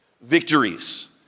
Victories